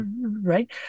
right